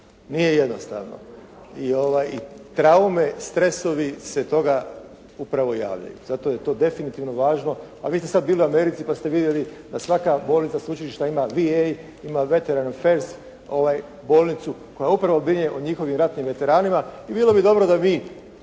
Nije jednostavno. I traume, stresovi se toga upravo javljaju. Zato je to definitivno važno. A vi ste sad bili u Americi pa ste vidjeli da svaka bolnica sveučilišta VA, ima veteran ofens, bolnicu koja upravo brine o njihovim ratnim veteranima i bilo bi dobro da mi